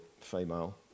female